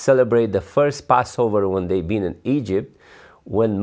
celebrate the first passover when they've been in egypt when